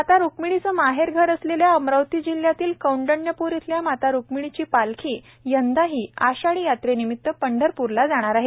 माता रुक्मिणीचे माहेर असलेल्या अमरावती जिल्ह्यातील कौंडण्यपूर येथील माता रुक्मिणीची पालखी यंदाही आषाढी यात्रेनिमित्त पंढरपूरला जाणार आहे